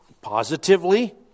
positively